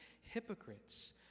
hypocrites